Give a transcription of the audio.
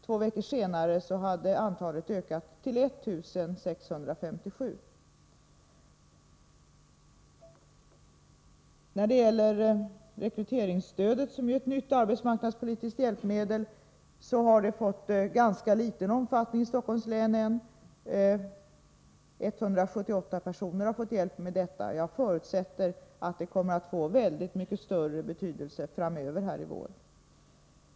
Två veckor senare hade antalet ökat till 1 657. Rekryteringsstödet, som är ett nytt arbetsmarknadspolitiskt hjälpmedel, har fått ganska liten omfattning i Stockholms län ännu. 178 personer har fått hjälp härigenom. Jag förutsätter att detta kommer att få mycket större betydelse framöver i vår.